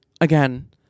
again